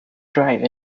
drive